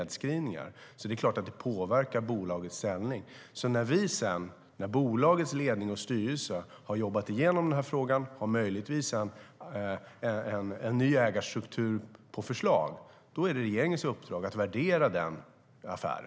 Det är klart att det påverkar bolagets ställning. När bolagets ledning och styrelse har jobbat igenom denna fråga, och möjligen har en ny ägarstruktur på förslag, är det regeringens uppdrag att värdera denna affär.